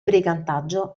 brigantaggio